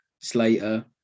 Slater